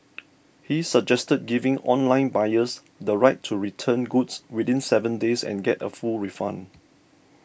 he suggested giving online buyers the right to return goods within seven days and get a full refund